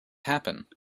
happen